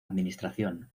administración